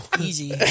Easy